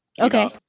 Okay